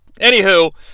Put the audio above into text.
Anywho